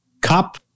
cop